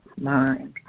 mind